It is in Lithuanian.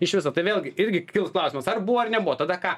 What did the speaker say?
iš viso tai vėlgi irgi kils klausimas ar buvo ar nebuvo tada ką